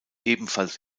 ebenfalls